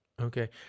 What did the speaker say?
okay